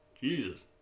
jesus